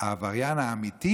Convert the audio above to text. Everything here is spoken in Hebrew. העבריין האמיתי